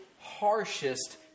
harshest